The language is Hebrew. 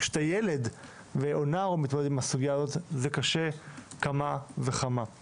כאשר אתה ילד או נער ומתמודד עם הסוגיה זה קשה כמה וכמה.